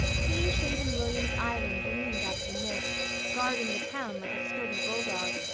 clean shaven william's island loomed out of the mist, guarding the town like a sturdy bulldog.